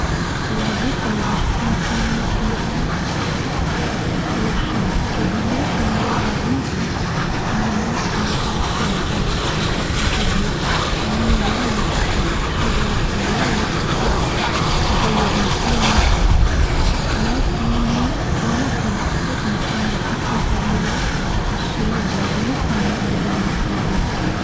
الوظيفة اللي راح أكون سيء فيها إلى حد كبير هي الوظيفة إللي ما فيها حركة بشكل كبير، لأني أحب أتحرك وواجد أحب أغير مكاني، ما فيني أكون في المكان لفترة طويلة، هالشيء واجد ممل بالنسبة لي.